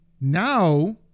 now